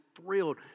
thrilled